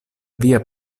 via